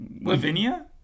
Lavinia